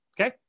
Okay